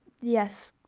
Yes